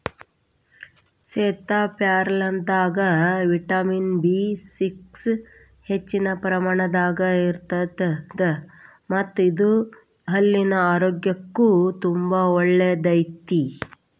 ಸೇತಾಪ್ಯಾರಲದಾಗ vitamin B six ಹೆಚ್ಚಿನ ಪ್ರಮಾಣದಾಗ ಇರತ್ತದ ಮತ್ತ ಇದು ಹಲ್ಲಿನ ಆರೋಗ್ಯಕ್ಕು ತುಂಬಾ ಒಳ್ಳೆಯದೈತಿ